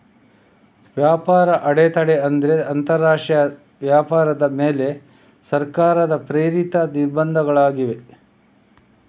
ವ್ಯಾಪಾರ ಅಡೆತಡೆ ಅಂದ್ರೆ ಅಂತರರಾಷ್ಟ್ರೀಯ ವ್ಯಾಪಾರದ ಮೇಲೆ ಸರ್ಕಾರ ಪ್ರೇರಿತ ನಿರ್ಬಂಧಗಳಾಗಿವೆ